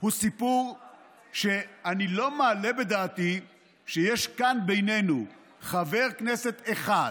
הוא סיפור שאני לא מעלה בדעתי שיש כאן בינינו חבר כנסת אחד,